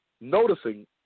noticing